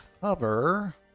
cover